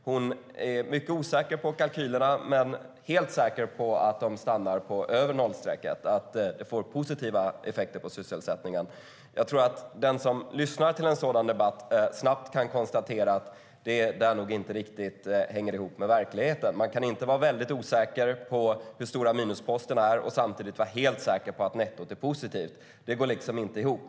Hon är mycket osäker på kalkylerna men helt säker på att de stannar över nollstrecket, att det blir positiva effekter på sysselsättningen. Den som lyssnar till en sådan debatt tror jag snabbt kan konstatera att det nog inte riktigt hänger ihop med verkligheten. Man kan inte vara mycket osäker på hur stora minusposterna är och samtidigt vara helt säker på att nettot är positivt. Det går liksom inte ihop.